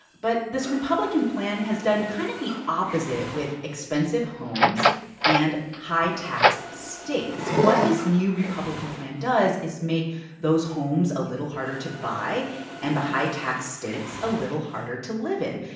but this republican plan has done kind of the opposite with expensive homes and high-tax states. what this new republican plan does is make those homes a little harder to buy and the high-tax states a little harder to live in.